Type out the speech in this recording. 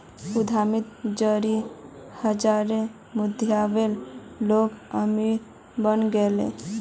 उद्यमिता जरिए हजारों मध्यमवर्गीय लोग अमीर बने गेले